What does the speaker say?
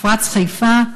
מפרץ חיפה,